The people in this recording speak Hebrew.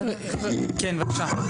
כן בבקשה.